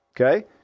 okay